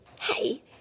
hey